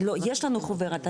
יש לנו חוברת,